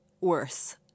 worse